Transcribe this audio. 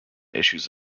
issues